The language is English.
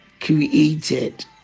created